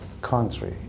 Country